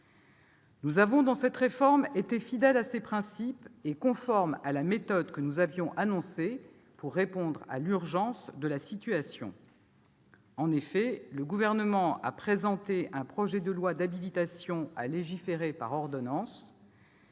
l'élaboration de cette réforme, fidèles à ces principes et à la méthode que nous avions annoncée afin de répondre à l'urgence de la situation. En effet, le Gouvernement a présenté un projet de loi d'habilitation à légiférer par ordonnances.